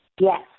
Yes